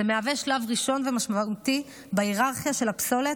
זה מהווה שלב ראשון ומשמעותי בהיררכיה של הפסולת,